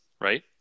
right